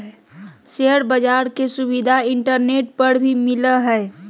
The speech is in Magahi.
शेयर बाज़ार के सुविधा इंटरनेट पर भी मिलय हइ